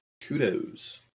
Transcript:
Kudos